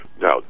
Now